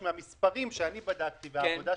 מה הבעיה?